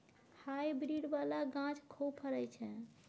hybrid बला गाछ खूब फरइ छै